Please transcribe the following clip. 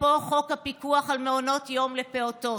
לתוקפו חוק הפיקוח על מעונות יום לפעוטות.